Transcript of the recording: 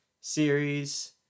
series